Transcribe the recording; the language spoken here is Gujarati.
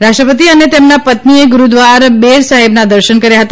રાષ્ટપતિ અને તેમના પત્નીએ ગુરૂદ્વારા બેર સાહેબના દર્શન કર્યા હતા